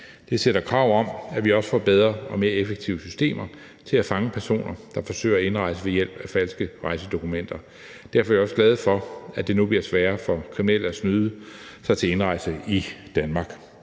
Det stiller krav om, at vi også får bedre og mere effektive systemer til at fange personer, der forsøger at indrejse ved hjælp af falske rejsedokumenter. Derfor er vi også glade for, at det nu bliver sværere for kriminelle at snyde sig til indrejse i Danmark.